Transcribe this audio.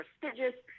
prestigious